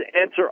answer